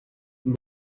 luis